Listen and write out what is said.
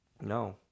No